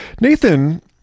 Nathan